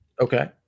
Okay